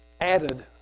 added